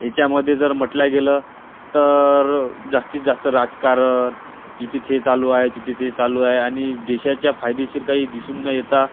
याच्यामध्ये जर म्हटल्या गेलं तर जास्तीत जास्त राजकारण इथे थे चालू आहे तिथे ते चालू आहे आणि देशाच्या फायदेशीर काही दिसून न येता